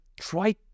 try